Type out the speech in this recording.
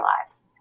lives